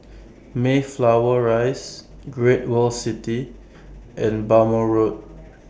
Mayflower Rise Great World City and Bhamo Road